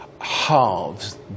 halves